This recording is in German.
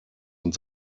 und